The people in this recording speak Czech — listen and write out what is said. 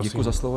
Děkuji za slovo.